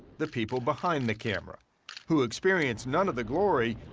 the people behind the camera who experience none of the glory,